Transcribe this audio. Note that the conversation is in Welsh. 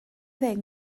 ddeg